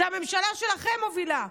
הממשלה שלכם מובילה.